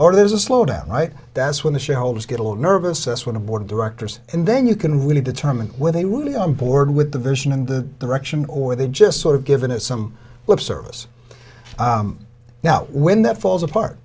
or there's a slowdown right that's when the shareholders get a little nervous when a board of directors and then you can really determine where they would be on board with the vision and the direction or they just sort of given it some lip service now when that falls apart